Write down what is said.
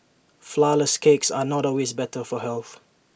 Flourless Cakes are not always better for health